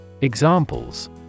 Examples